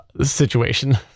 situation